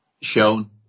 shown